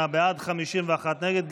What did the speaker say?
38 בעד, 51 נגד.